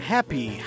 Happy